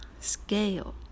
scale